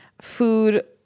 food